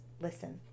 listen